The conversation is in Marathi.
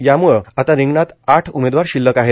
त्याम्ळे आता रिंगणात आठ उमेदवार शिल्लक आहेत